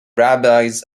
rabbis